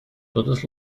todos